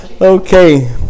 Okay